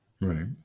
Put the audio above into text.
Right